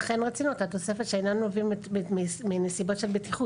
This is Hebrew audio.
לכן רצינו תוספת של 'שאינם נובעים מנסיבות של בטיחות'.